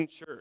church